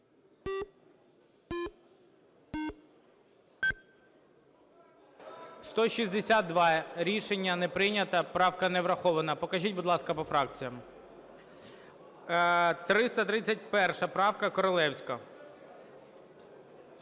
За-162 Рішення не прийнято. Правка не врахована. Покажіть, будь ласка, по фракціях. 331 правка. Королевська.